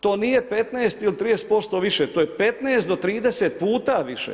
To nije 15 ili 30% više, to je 15 do 30 puta više.